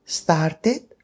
started